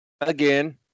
again